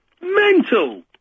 Mental